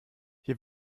hier